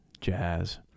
jazz